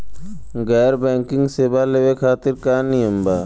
गैर बैंकिंग सेवा लेवे खातिर का नियम बा?